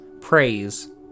Praise